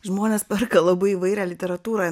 žmonės perka labai įvairią literatūrą